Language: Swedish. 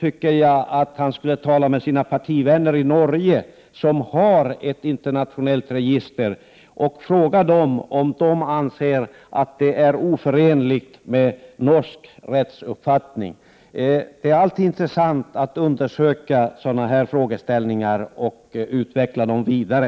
tycker jag att han borde tala med sina partivänner i Norge, där man har ett internationellt register, och fråga dem om de anser att det registret är oförenligt med norsk rättsuppfattning. Det är alltid intressant att undersöka sådana frågeställningar och utveckla dem vidare.